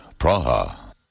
Praha